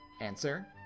Answer